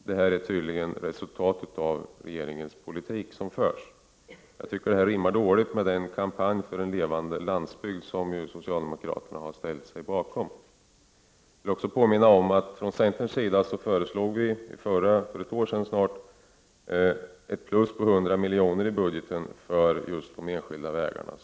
Det här är tydligen resultatet av regeringens politik. Jag tycker att detta rimmar dåligt med den kampanj för en levande landsbygd som socialdemokraterna har ställt sig bakom. Jag vill också påminna om att från centerns sida föreslogs för snart ett år sedan ett plus på 100 milj.kr. i budgeten för just de enskilda vägarna.